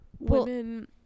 women